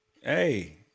Hey